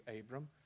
Abram